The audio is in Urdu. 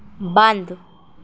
بند